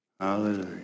Hallelujah